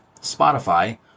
Spotify